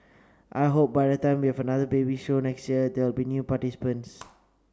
I hope by the time we have another baby show next year there will be new participants